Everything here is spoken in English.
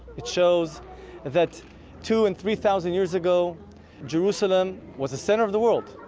it shows that two and three thousand years ago jerusalem was the center of the world.